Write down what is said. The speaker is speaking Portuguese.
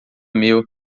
meu